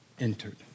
entered